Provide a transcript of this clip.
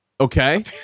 Okay